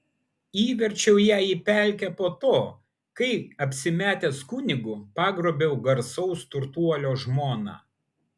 įverčiau ją į pelkę po to kai apsimetęs kunigu pagrobiau garsaus turtuolio žmoną